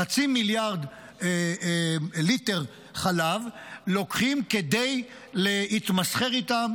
חצי מיליארד ליטר חלב לוקחים כדי להתמסחר איתם.